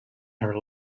her